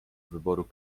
wyboru